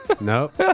Nope